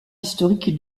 historique